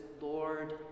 Lord